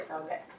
Okay